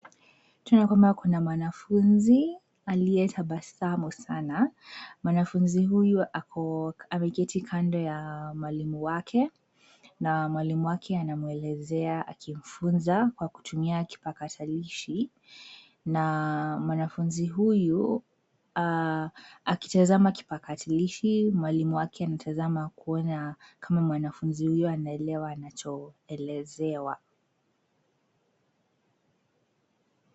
Tunaona kwamba kuna mwanafunzi aliye tabasamu sana. Mwanafunzi huyu ameketi kando ya mwalimu wake na mwalimu wake anamwelezea akimfunza kwa kutumia kipakatalishi na mwanafunzi huyu akitazama kipakatalishi, mwalimu wake anatazama kuona kama mwanafunzi huyu anaelewa anachoelezewa.